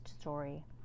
story